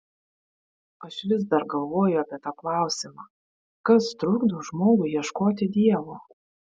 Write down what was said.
aš vis dar galvoju apie tą klausimą kas trukdo žmogui ieškoti dievo